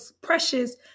precious